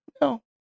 no